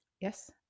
Yes